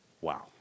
Wow